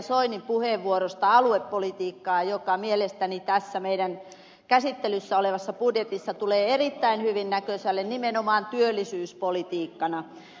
soinin puheenvuorosta aluepolitiikkaa joka mielestäni tässä meidän käsittelyssämme olevassa budjetissa tulee erittäin hyvin näkösälle nimenomaan työllisyyspolitiikkana